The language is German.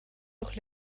doch